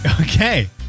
Okay